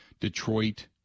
Detroit